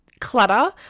clutter